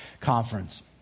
Conference